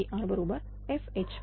Kr बरोबर FHP